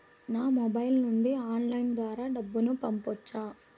నా మొబైల్ నుండి ఆన్లైన్ ద్వారా డబ్బును పంపొచ్చా